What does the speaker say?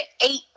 eight